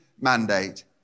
mandate